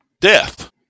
death